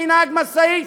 כי נהג משאית,